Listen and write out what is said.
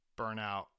burnout